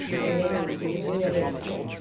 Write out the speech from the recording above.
and then you will be arrested,